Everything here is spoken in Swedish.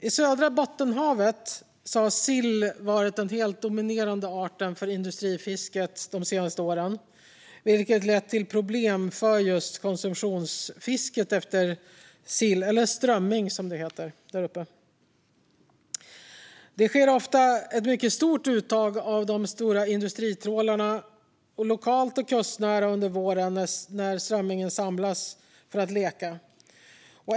I södra Bottenhavet har sill varit den helt dominerande arten för industrifisket de senaste åren, vilket lett till problem för konsumtionsfisket av sill, eller strömming som det heter där uppe. De stora industritrålarna gör ofta ett mycket stort uttag lokalt och kustnära under våren när strömmingen samlas för att leka.